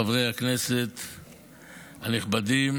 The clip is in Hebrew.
חברי הכנסת הנכבדים,